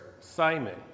Simon